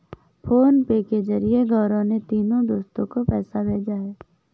PhonePe के जरिए गौरव ने तीनों दोस्तो को पैसा भेजा है